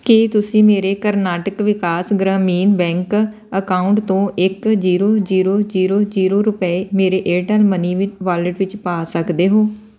ਕੀ ਤੁਸੀਂ ਮੇਰੇ Karnataka Vikas Grameen bank account ਤੋਂ ਇੱਕ ਜੀਰੋ ਜੀਰੋ ਜੀਰੋ ਜੀਰੋ ਰੁਪਏ ਮੇਰੇ ਏਅਰਟੈੱਲ ਮਨੀ ਵਿ ਵਾਲਿਟ ਵਿੱਚ ਪਾ ਸਕਦੇ ਹੋ